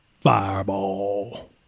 fireball